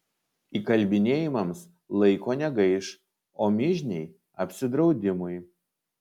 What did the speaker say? įkalbinėjimams laiko negaiš o mižniai apsidraudimui